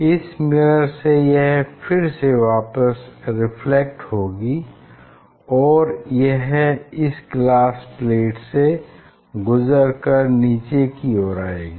इस मिरर से यह फिर से वापिस रिफ्लेक्ट होगी और यह इस ग्लास प्लेट से गुजर कर नीचे की ओर आएगी